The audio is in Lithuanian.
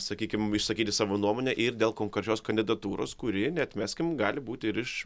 sakykim išsakyti savo nuomonę ir dėl konkrečios kandidatūros kuri neatmeskim gali būti ir iš